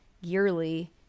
yearly